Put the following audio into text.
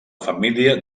família